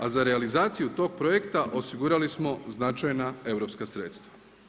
A za realizaciju tog projekta osigurali smo značajna europska sredstva.